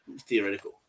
theoretical